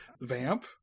Vamp